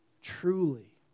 truly